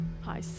Hi